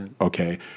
okay